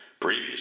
Previous